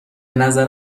نظر